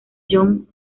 john